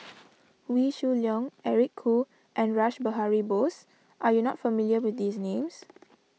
Wee Shoo Leong Eric Khoo and Rash Behari Bose are you not familiar with these names